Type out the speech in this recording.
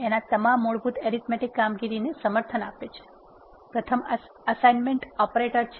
R તમામ મૂળભૂત arithmetic કામગીરીને સમર્થન આપે છે પ્રથમ એસાઇનમેન્ટ ઓપરેટર છે